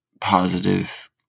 positive